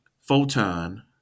Photon